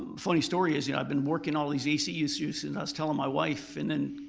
funny story is yeah i've been working all these a c issues and i was telling my wife and then,